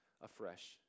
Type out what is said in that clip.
afresh